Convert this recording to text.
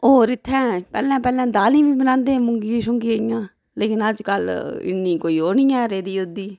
और इत्थै पैहलें पैहलें दालीं बी बनांदे हे मुंगिये शुंगिये दियां लेकिन अजकल इन्नी कोई ओह् निं ऐ रेह्दी